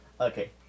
Okay